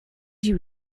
you